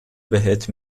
بهت